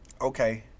okay